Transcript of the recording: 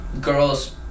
girls